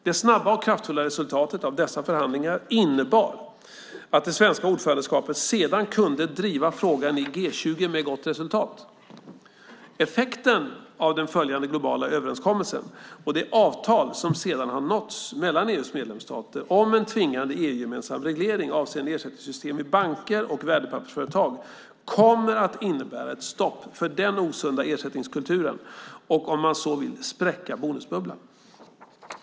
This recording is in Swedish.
Det snabba och kraftfulla resultatet av dessa förhandlingar innebar att det svenska ordförandeskapet sedan kunde driva frågan i G20 med gott resultat. Effekten av den följande globala överenskommelsen och av det avtal som sedan har nåtts mellan EU:s medlemsstater om en tvingande EU-gemensam reglering avseende ersättningssystem i banker och värdepappersföretag kommer att innebära ett stopp för den osunda ersättningskulturen, och om man så vill spräcka bonusbubblan.